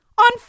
on